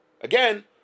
Again